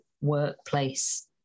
workplace